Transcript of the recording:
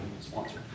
sponsor